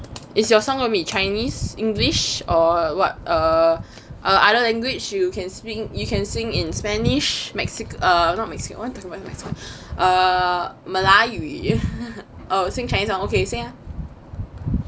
is your song gonna be chinese english or what are other language you can sing you can sing in spanish mexi~ not mexican err 马来语 oh sing chinese ah okay sing ah